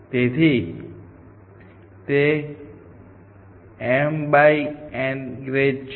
તેથી તે m by n grade છે